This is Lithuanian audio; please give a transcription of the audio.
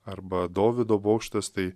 arba dovydo bokštas tai